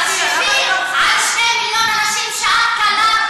תחשבי על 2 מיליון אנשים בעזה.